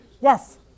Yes